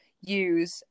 use